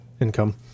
income